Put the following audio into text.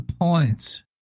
points